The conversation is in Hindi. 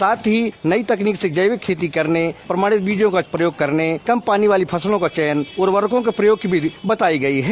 साथ हो नई तकनीक से जैविक खेती करने प्रमाणित बीजों का प्रयोग करने कम पानी वाली फसलों के चयन उर्वरकों के प्रयोग की विधि बतायी गयी है